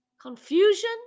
confusion